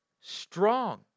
strong